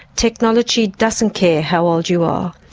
technology doesn't care how old you are.